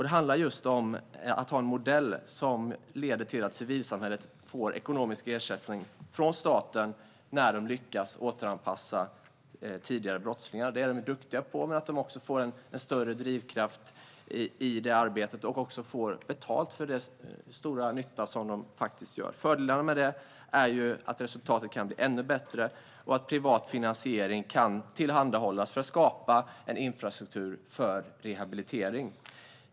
Det handlar just om att ha en modell som leder till att civilsamhället får ekonomisk ersättning från staten när de lyckas återanpassa tidigare brottslingar. Det är de duktiga på. Men de får en större drivkraft i arbetet och får också betalt för den stora nytta som de gör. Fördelarna med det är att resultatet kan bli ännu bättre och att privat finansiering kan tillhandahållas för att skapa en infrastruktur för rehabilitering.